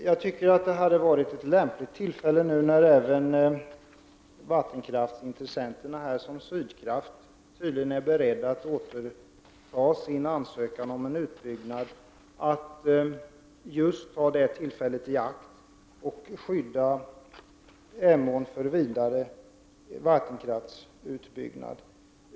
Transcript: Jag tycker att det vore lämpligt att ta tillfället i akt att skydda Emån från vidare vattenkrafstutbyggnad nu när tydligen även vattenkraftsintressenterna, t.ex. Sydkraft, är beredda att ta tillbaka sin ansökan om en utbyggnad.